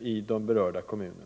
i de berörda kommunerna.